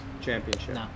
championship